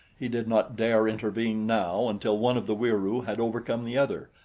he did not dare intervene now until one of the wieroo had overcome the other,